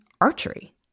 archery